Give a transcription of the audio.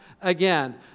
Again